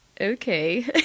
okay